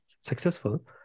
successful